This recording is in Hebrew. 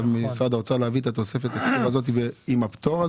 האוצר להביא את תוספת התקציב הזאת עם הפטור.